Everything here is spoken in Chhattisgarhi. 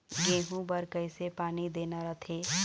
गेहूं बर कइसे पानी देना रथे?